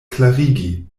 klarigi